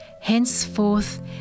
Henceforth